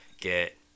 get